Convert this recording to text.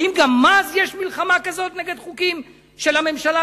האם גם אז יש מלחמה כזאת נגד חוקים של הממשלה,